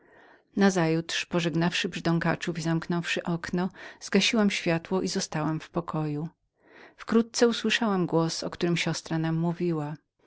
nazajutrz pożegnawszy brzdąkaczów i zamknąwszy okno zgasiłam światło i zostałam w pokoju wkrótce usłyszałam głos o którym siostra mi mówiła